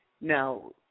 Now